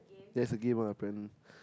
that's a game ah apparently